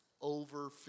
Over